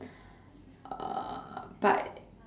uh but